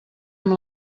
amb